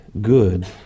good